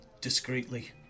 discreetly